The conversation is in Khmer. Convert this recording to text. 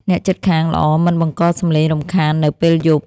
អ្នកជិតខាងល្អមិនបង្កសម្លេងរំខាននៅពេលយប់។